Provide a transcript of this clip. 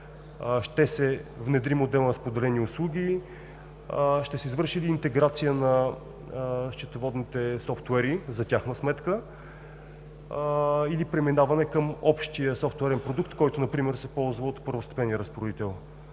ще се внедри модел на споделени услуги, ще се извърши интеграция на счетоводните софтуери за тяхна сметка или преминаваме към общия софтуерен продукт, който например се ползва от първостепенния разпоредител.